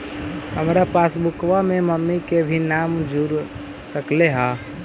हमार पासबुकवा में मम्मी के भी नाम जुर सकलेहा?